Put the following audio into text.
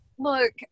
Look